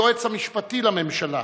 היועץ המשפטי לממשלה